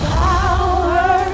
power